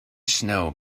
snow